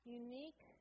unique